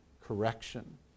correction